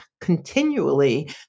continually